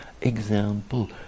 example